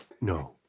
no